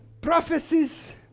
prophecies